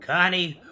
Connie